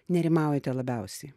nerimaujate labiausiai